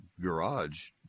garage